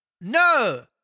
No